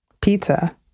Pizza